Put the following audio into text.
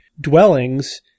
dwellings